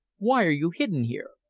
why are you hidden here?